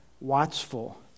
watchful